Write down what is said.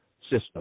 system